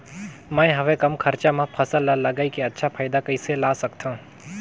मैं हवे कम खरचा मा फसल ला लगई के अच्छा फायदा कइसे ला सकथव?